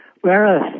whereas